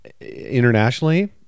internationally